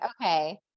okay